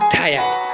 tired